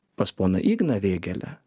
pas poną igną vėgėlę